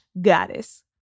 goddess